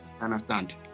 understand